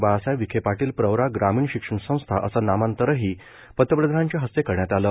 बाळासाहेब विखे पाटील प्रवरा ग्रामीण शिक्षण संस्था असं नामांतरही पंतप्रधानांच्या हस्ते करण्यात आलं